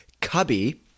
Cubby